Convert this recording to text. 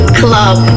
club